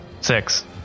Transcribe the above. six